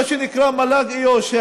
מה שנקרא מל"ג איו"ש,